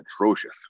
atrocious